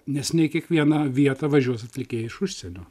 nes ne į kiekvieną vietą važiuos atlikėjai iš užsienio